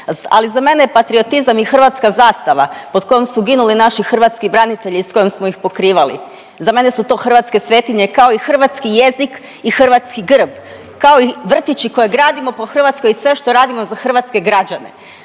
Ali za mene je patriotizam i hrvatska zastava pod kojom su ginuli naši hrvatski branitelji s kojom smo ih pokrivali. Za mene su to hrvatske svetinje kao i hrvatski jezik i hrvatski grb, kao i vrtići koje gradimo po Hrvatskoj i sve što radimo za hrvatske građane.